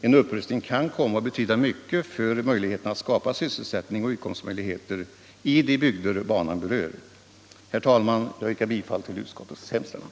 En upprustning kan komma att betyda mycket för möjligheterna att skapa sysselsättning och utkomstmöjligheter i de bygder banan berör. Herr talman! Jag yrkar bifall till utskottets hemställan.